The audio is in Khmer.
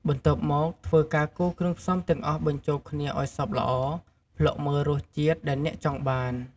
បន្ទាប់មកធ្វើរការកូរគ្រឿងផ្សំទាំងអស់បញ្ចូលគ្នាឲ្យសព្វល្អភ្លក្សមើលរសជាតិដែលអ្នកចង់បាន។